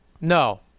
No